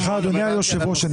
סליחה אדוני היושב-ראש,